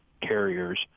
carriers